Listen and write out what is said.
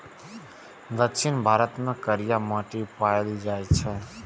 दक्षिण भारत मे करिया माटि पाएल जाइ छै